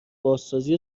بازسازی